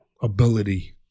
ability